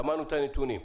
שמענו את הנתונים,